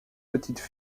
petites